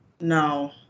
No